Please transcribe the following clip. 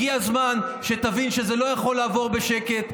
הגיע הזמן שתבין שזה לא יכול לעבור בשקט.